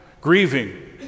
grieving